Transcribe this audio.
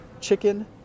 chicken